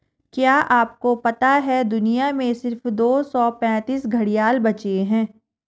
क्या आपको पता है दुनिया में सिर्फ दो सौ पैंतीस घड़ियाल बचे है?